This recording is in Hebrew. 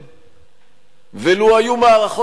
כן, כן, אני אחזיר לך אותו.